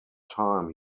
time